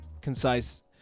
concise